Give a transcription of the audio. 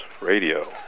Radio